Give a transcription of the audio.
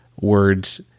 words